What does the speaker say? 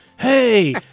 Hey